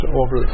over